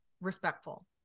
respectful